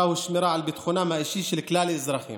הוא שמירה על ביטחונם האישי של כלל האזרחים.